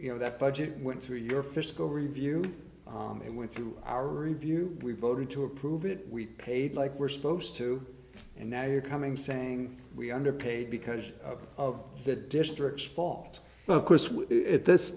you know that budget went through your fiscal review and went through our review we voted to approve it we paid like we're supposed to and now you're coming saying we underpaid because of that district's fault but of course